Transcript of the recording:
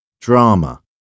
Drama